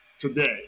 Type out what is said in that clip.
today